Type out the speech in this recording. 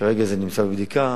כרגע זה נמצא בבדיקה.